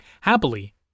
Happily